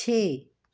ਛੇ